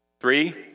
Three